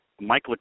Mike